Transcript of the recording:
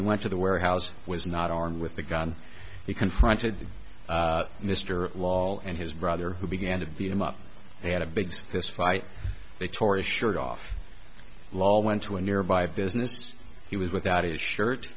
he went to the warehouse was not armed with the gun he confronted mr lawlor and his brother who began to be him up they had a big fist fight victoria short off law went to a nearby business he was without his shirt